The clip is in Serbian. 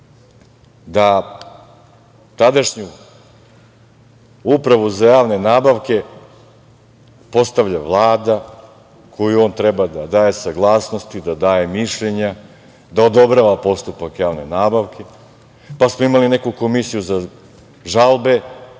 da tadašnju Uprava za javne nabavke postavlja Vlada, kojoj on treba da daje saglasnost i da daje mišljenja, da odobrava postupak javne nabavke, pa smo imali neku komisiju za žalbe,